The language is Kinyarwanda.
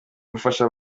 gufasha